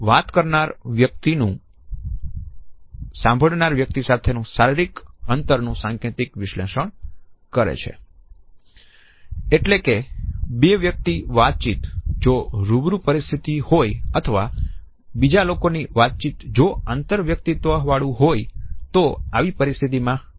વાત કરનાર વ્યક્તિનું સંભાળનાર વ્યક્તિ સાથેનું શારીરિક અંતરનું સાંકેતિક વિશ્લેષણ કરે છે એટલે કે આપણે બે વચ્ચે કેટલું અંતર રાખવું જોઈએ જો આપણી વચ્ચે રૂબરૂ પરિસ્થિતિ હોઈ અને બીજા લોકો જો તે આંતરવ્યક્તિત્વ વાળી જુથ પરિસ્થિતિ હોય